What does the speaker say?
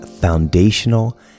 foundational